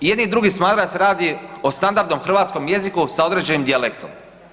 I jedni i drugi smatraju da se radi o standardnom hrvatskom jeziku sa određenim dijalektom.